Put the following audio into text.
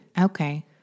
Okay